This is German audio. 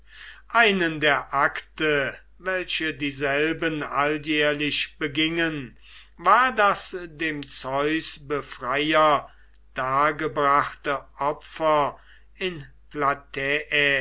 einen der akte welche dieselben alljährlich begingen war das dem zeus befreier dargebrachte opfer in